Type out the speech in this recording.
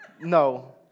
no